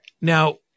Now